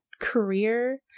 career